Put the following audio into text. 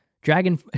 Dragon